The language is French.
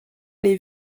les